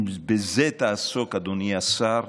אם בזה תעסוק, אדוני השר,